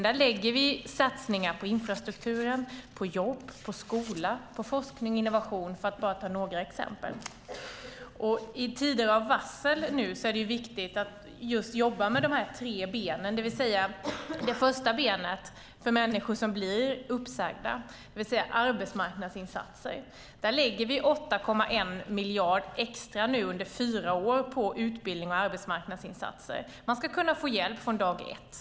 Där lägger vi fram satsningar på infrastruktur, på jobb, på skola, på forskning och innovation - för att bara ta några exempel. I tider av varsel är det viktigt att just jobba med de här tre benen. Det första benet för människor som blir uppsagda är arbetsmarknadsinsatser. Vi lägger nu 8,1 miljarder extra under fyra år på utbildning och arbetsmarknadsinsatser. Man ska kunna få hjälp från dag ett.